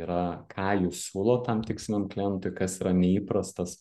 yra ką jūs siūlot tam tiksliniam klientui kas yra neįprastas